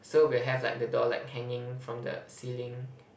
so we'll have like the doll like hanging from the ceiling